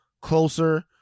closer